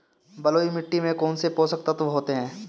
बलुई मिट्टी में कौनसे पोषक तत्व होते हैं?